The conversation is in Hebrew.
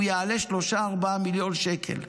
הוא יעלה 4-3 מיליון שקל.